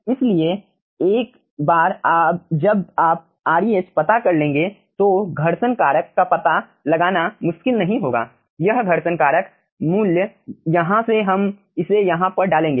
इसलिए एक बार जब आप Reh पता कर लेंगे तो घर्षण कारक का पता लगाना मुश्किल नहीं होगा यह घर्षण कारक मूल्य यहाँ से हम इसे यहाँ पर डालेंगे